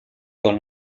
con